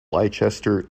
leicester